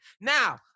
Now